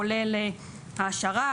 כולל העשרה,